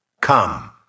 Come